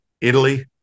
Italy